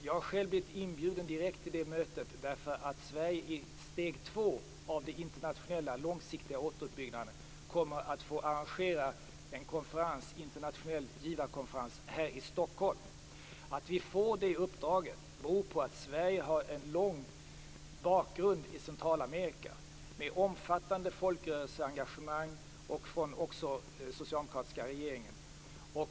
Jag har själv blivit inbjuden direkt till det mötet, därför att Sverige i steg två av den internationella långsiktiga återuppbyggnaden kommer att få arrangera en internationell givarkonferens här i Stockholm. Att vi får det uppdraget beror på att Sverige har en lång bakgrund i Centralamerika med omfattande folkrörelseengagemang och engagemang från den socialdemokratiska regeringen.